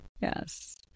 Yes